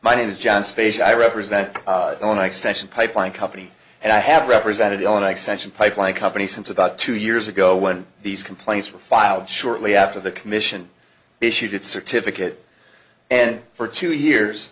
my name is john space i represent the next session pipeline company and i have represented on accession pipeline company since about two years ago when these complaints were filed shortly after the commission issued its certificate and for two years